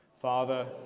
Father